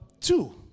two